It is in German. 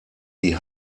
die